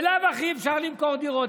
בלאו הכי אפשר למכור דירות.